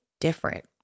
different